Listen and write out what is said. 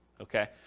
okay